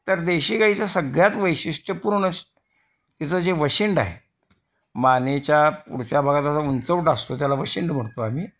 तर देशी गाईचं सगळ्यात वैशिष्ट्यपूर्ण असं तिचं जे वशिंड आहे मानेच्या पुढच्या भागात असा उंचवटा असतो त्याला वशिंड म्हणतो आम्ही